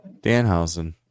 Danhausen